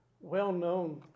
well-known